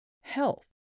health